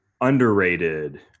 underrated